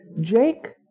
Jake